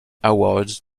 awards